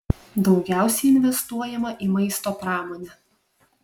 daugiausiai investuojama į maisto pramonę